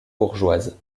bourgeoises